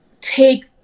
take